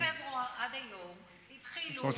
מפברואר עד היום התחילו והפסיקו.